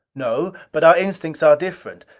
no. but our instincts are different.